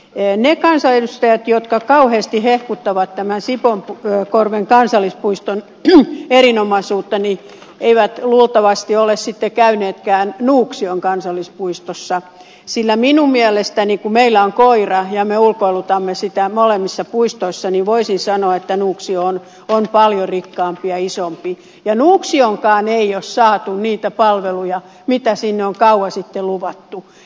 ne kansanedustajat jotka kauheasti hehkuttavat tämän sipoonkorven kansallispuiston erinomaisuutta eivät luultavasti ole käyneetkään nuuksion kansallispuistossa sillä minun mielestäni kun meillä on koira ja me ulkoilutamme sitä molemmissa puistoissa nuuksio on paljon rikkaampi ja isompi ja nuuksioonkaan ei ole saatu niitä palveluja mitä sinne on kauan sitten luvattu